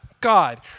God